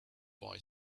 boy